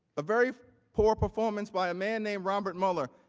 a very poor performance by man named robert mueller,